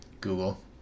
Google